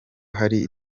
hari